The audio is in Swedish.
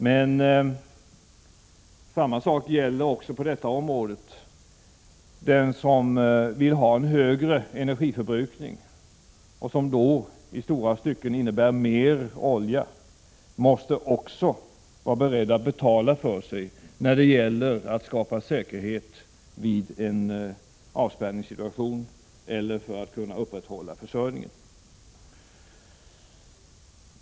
Men samma sak gäller också på detta område: den som vill ha en högre energiförbrukning, som då till stor del innebär mer olja, måste också vara beredd att betala för sig när det gäller att skapa säkerhet i en avspärrningssituation eller för att kunna upprätthålla försörjningen.